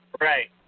Right